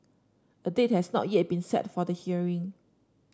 a date has not yet been set for the hearing